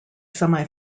semi